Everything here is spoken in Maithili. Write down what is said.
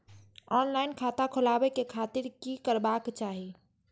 ऑनलाईन खाता खोलाबे के खातिर कि करबाक चाही?